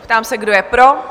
Ptám se, kdo je pro?